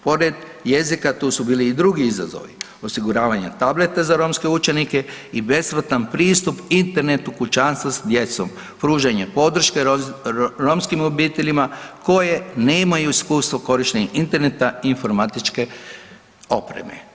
Pored jezika tu su bili i drugi izazovi osiguravanje tableta za romske učenike i besplatan pristup internetu kućanstva s djecom, pružanja podrške romskim obiteljima koje nemaju iskustvo korištenja interneta i informatičke opreme.